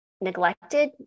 neglected